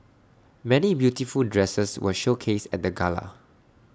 many beautiful dresses were showcased at the gala